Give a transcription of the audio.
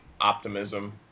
optimism